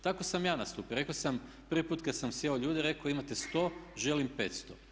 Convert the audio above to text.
Tako sam ja nastupio, rekao sam prvi put kad sam sjeo ljude, rekao imate 100 želim 500.